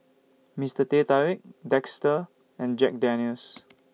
Mister Teh Tarik and Jack Daniel's